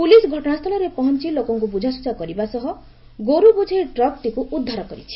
police ଘଟଣାସ୍ସୁଳରେ ପହଞ୍ ଲୋକଙ୍ଙୁ ବୁଝାସୁଝା କରିବା ସହ ଗୋରୁ ବୋଝେଇ ଟ୍ରକ୍ଟିକୁ ଉଦ୍ଧାର କରିଛି